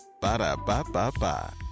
Ba-da-ba-ba-ba